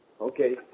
Okay